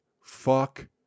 fuck